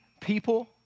people